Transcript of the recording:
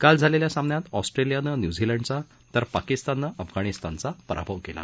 काल झालेल्या सामन्यात ऑस्ट्रेलियानं न्यूझीलंडचा तर पाकिस्ताननं अफगाणिस्तानचा पराभव केला